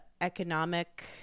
economic